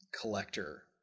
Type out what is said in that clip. collector